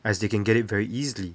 as they can get it very easily